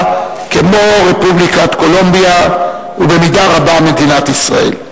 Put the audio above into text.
כמו רפובליקת קולומביה ובמידה רבה מדינת ישראל.